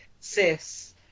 sis